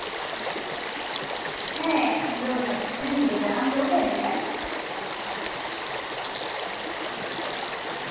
ᱦᱮᱸ ᱤᱧ ᱫᱚ ᱰᱟᱠᱛᱟᱨᱤᱧ ᱞᱟᱹᱭᱮᱫᱟ ᱟᱢ ᱫᱚ ᱚᱠᱚᱭᱮᱢ ᱞᱟᱹᱭᱮᱫᱟ